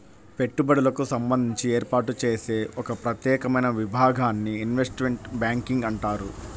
పెట్టుబడులకు సంబంధించి ఏర్పాటు చేసే ఒక ప్రత్యేకమైన విభాగాన్ని ఇన్వెస్ట్మెంట్ బ్యాంకింగ్ అంటారు